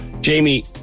Jamie